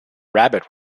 rabbit